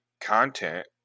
content